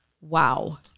Wow